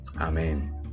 Amen